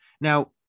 Now